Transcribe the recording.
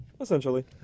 essentially